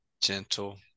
Gentle